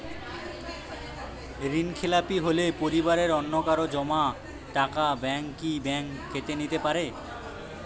ঋণখেলাপি হলে পরিবারের অন্যকারো জমা টাকা ব্যাঙ্ক কি ব্যাঙ্ক কেটে নিতে পারে?